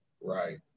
right